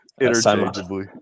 Interchangeably